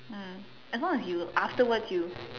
mm as long as you afterwards you